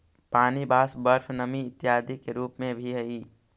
पानी वाष्प, बर्फ नमी इत्यादि के रूप में भी हई